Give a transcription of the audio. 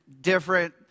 different